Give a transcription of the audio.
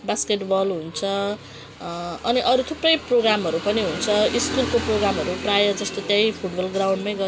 basketball हुन्छ अनि अरू थुप्रै प्रोग्रामहरू पनि हुन्छ स्कुलको प्रोग्रामहरू प्रायःजस्तो त्यही फुटबल ग्राउन्डमै गरिन्छ